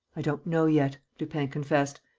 i don't know yet, lupin confessed.